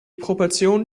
proportionen